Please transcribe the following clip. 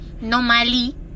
normally